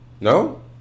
No